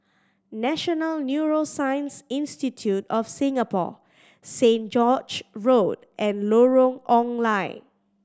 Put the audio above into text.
National Neuroscience Institute of Singapore Saint George Road and Lorong Ong Lye